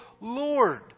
Lord